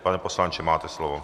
Pane poslanče, máte slovo.